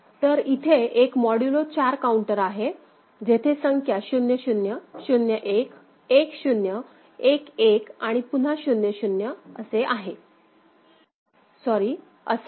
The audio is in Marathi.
तर इथे एक मॉड्यूलो 4 काउंटर आहे जेथे संख्या 0 0 0 1 1 0 1 1आणि पुन्हा 0 0 असे नाही